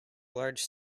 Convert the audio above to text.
large